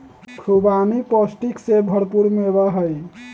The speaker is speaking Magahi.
खुबानी पौष्टिक से भरपूर मेवा हई